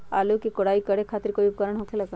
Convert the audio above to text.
आलू के कोराई करे खातिर कोई उपकरण हो खेला का?